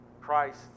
Christ